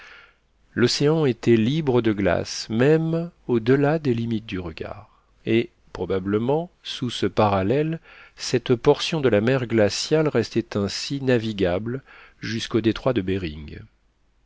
l'océan était libre de glaces même au-delà des limites du regard et probablement sous ce parallèle cette portion de la mer glaciale restait ainsi navigable jusqu'au détroit de behring